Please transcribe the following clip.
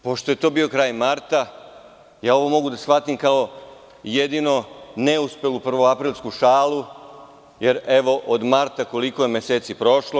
Pošto je to bio kraj marta, ovo mogu da shvatim jedinu kao neuspelu prvoaprilsku šalu, jer od marta koliko je meseci prošlo.